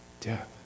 Death